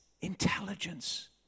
intelligence